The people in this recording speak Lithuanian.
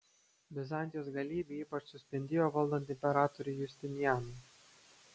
bizantijos galybė ypač suspindėjo valdant imperatoriui justinianui